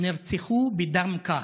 נרצחו בדם קר.